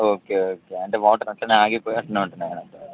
okay okay అంటే water అట్లే ఆగిపోయి అట్లే ఉంటుంది అన్నట్టు